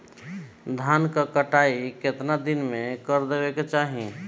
धान क कटाई केतना दिन में कर देवें कि चाही?